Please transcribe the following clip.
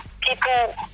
People